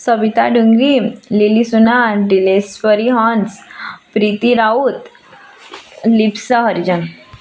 Sabita Dengri Lili Sunar Dileswari Hansa Preeti Raut Lipsa Harijan